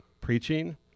preaching